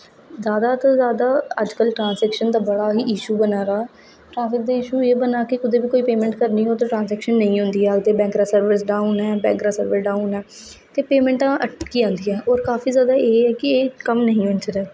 जादा तू जादा अज्ज कल ट्रांसजेक्शन दा बड़ा ई इश्यू बना दा ट्रांसजेक्शन दा इश्यू एह् बना दा कि कुदै बी कोई पेमेंट करनी होऐ ते ट्रांसजेक्शन नेईं होंदी ऐ ते बैंक दा सर्विस डाउन ऐ बैंक दा सर्वर डाउन ऐ ते पेंमेंटां अटकी जंदियां होर काफी जादा एह् ऐ कि एह् कम्म नेईं होंदे